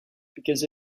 because